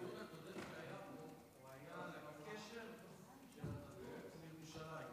הדיון הקודם שהיה פה היה על הקשר של הדתות לירושלים,